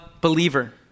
believer